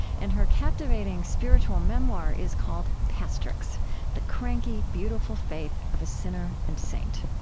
and her captivating spiritual memoir is called pastrix the cranky, beautiful faith of a sinner and saint